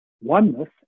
oneness